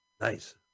Nice